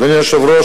אדוני היושב-ראש,